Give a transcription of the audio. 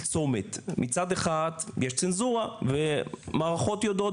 צומת מצד אחד יש צנזורה ומערכות יודעות,